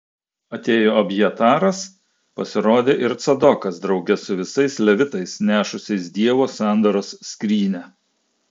atėjo abjataras pasirodė ir cadokas drauge su visais levitais nešusiais dievo sandoros skrynią